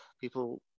people